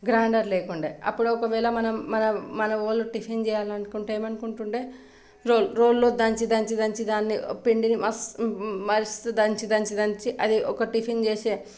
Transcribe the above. grinder లేకుండే అప్పుడు ఒకవేళ మనం మన మన వాళ్ళు టిఫిన్ చేయాలనుకుంటే ఏమనుకుంటుండే రోల్ రోలులో దంచి దంచి దంచి దాన్ని పిండిని మస్త్ మస్త్ దంచి దంచి దంచి అది ఒక టిఫిన్ చేసే